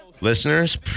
Listeners